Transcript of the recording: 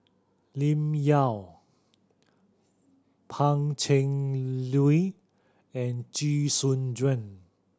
Lim Yau Pang Cheng Lui and Jee Soon Juan